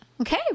Okay